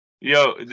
Yo